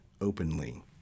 openly